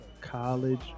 College